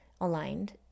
aligned